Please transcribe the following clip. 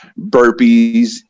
burpees